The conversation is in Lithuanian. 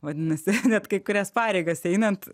vadinasi net kai kurias pareigas einant